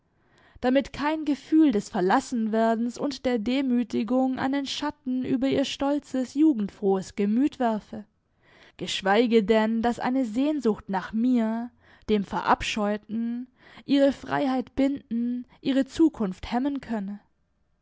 damit kein gefühl des verlassenwerdens und der demütigung einen schatten über ihr stolzes jugendfrohes gemüt werfe geschweige denn daß eine sehnsucht nach mir dem verabscheuten ihre freiheit binden ihre zukunft hemmen könne